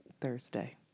Thursday